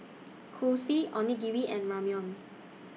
Kulfi Onigiri and Ramyeon